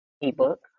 ebook